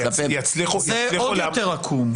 זה עוד יותר עקום.